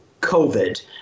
COVID